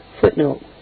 Footnote